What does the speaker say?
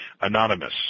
anonymous